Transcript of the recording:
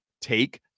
take